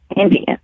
Indian